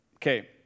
Okay